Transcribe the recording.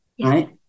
right